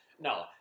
No